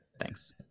Thanks